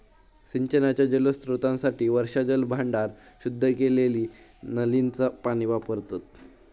सिंचनाच्या जलस्त्रोतांसाठी वर्षाजल भांडार, शुद्ध केलेली नालींचा पाणी वापरतत